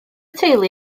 teulu